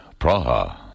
Praha. (